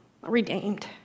redeemed